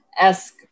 esque